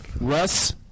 Russ